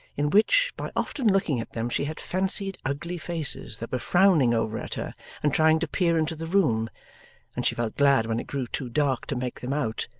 in which, by often looking at them, she had fancied ugly faces that were frowning over at her and trying to peer into the room and she felt glad when it grew too dark to make them out,